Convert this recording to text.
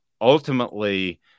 ultimately